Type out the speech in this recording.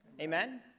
Amen